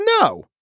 no